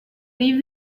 leave